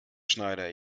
schneider